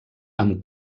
amb